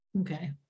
Okay